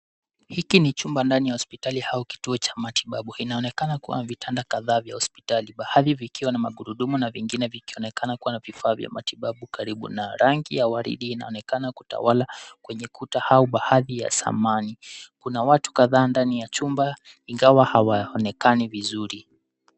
Hiki ni chumba ndani ya hospitali au kituo cha matibabu inaoneka kuwa na vitanda kadhaa vya hospitali baadhi vikiwa na magurudumu na vingine vikionekana kuwa na vifaa vya matibabu karibu nayo. Rangi ya waridi inaonekana kutawala kwenye kuta au baadhi ya samani. Kuna watu kadhaa ndani ya chumba ingawa hawaonekani vizuri.